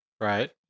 Right